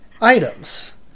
items